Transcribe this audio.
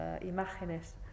imágenes